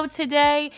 today